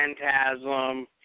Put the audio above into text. Phantasm